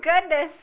goodness